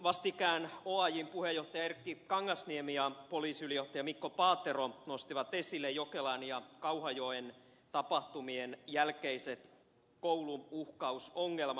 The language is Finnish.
vastikään oajn puheenjohtaja erkki kangasniemi ja poliisiylijohtaja mikko paatero nostivat esille jokelan ja kauhajoen tapahtumien jälkeiset koulu uhkausongelmat